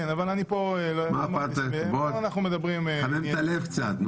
כן, אבל אני פה --- בוא תחמם את הלב קצת.